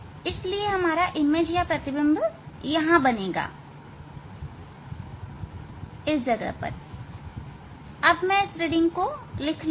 इसलिए प्रतिबिंब यहां बनेगा अब मैं इस रीडिंग को लिख लूंगा